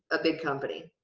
a big company.